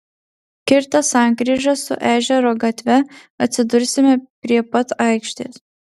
kirtę sankryžą su ežero gatve atsidursime prie pat aikštės